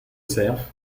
serfs